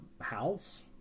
house